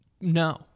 No